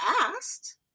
asked